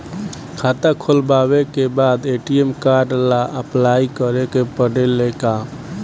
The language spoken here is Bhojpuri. खाता खोलबाबे के बाद ए.टी.एम कार्ड ला अपलाई करे के पड़ेले का?